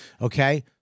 okay